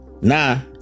Now